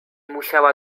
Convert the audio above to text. musiała